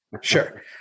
Sure